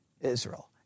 Israel